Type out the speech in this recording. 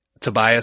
Tobias